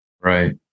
Right